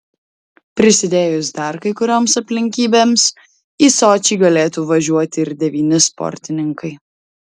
prisidėjus dar kai kurioms aplinkybėms į sočį galėtų važiuoti ir devyni sportininkai